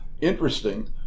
interesting